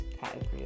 category